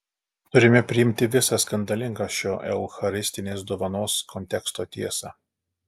turime priimti visą skandalingą šio eucharistinės dovanos konteksto tiesą